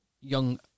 young